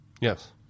Yes